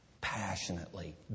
passionately